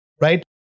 Right